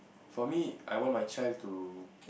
for me I want my child to